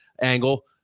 angle